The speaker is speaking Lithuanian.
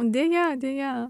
deja deja